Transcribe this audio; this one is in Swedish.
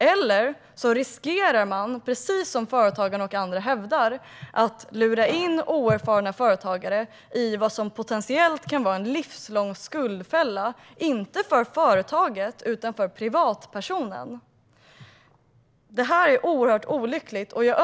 Man riskerar också, vilket Företagarna och andra hävdar, att lura in oerfarna företagare i vad som kan bli en potentiell livslång skuldfälla - inte för företaget utan för privatpersonen. Det här är oerhört olyckligt.